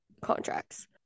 contracts